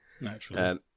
Naturally